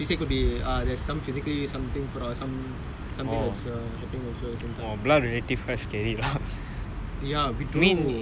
ya ya she say she ask us to go err consult the doctor also she say could be err there's some physically something probably some something that's happening at the same time